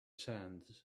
sands